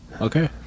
Okay